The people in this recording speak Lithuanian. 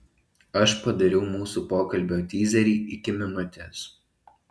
aš padariau mūsų pokalbio tyzerį iki minutės